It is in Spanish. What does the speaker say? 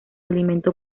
alimento